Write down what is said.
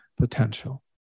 potential